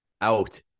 Out